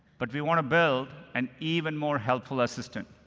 but we want to build an even more helpful assistant.